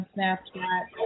Snapchat